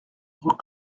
rue